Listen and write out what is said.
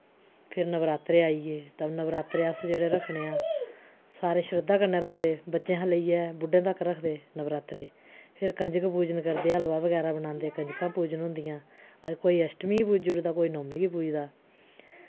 फिर नवरात्रे आई गे ते नवरात्रे अस जेह्ड़े रक्खने आं सारे शरधा कन्नै रखदे बच्चें हा लेइयै बुड्ढे तक रखदे नवरात्रे फिर कंजक पूजन करदे हलवा बगैरा बनांदे कंजकां पूजन होन्दियां कोई अश्टमी गी पूजी ओड़दा कोई नौमीं गी पूजदा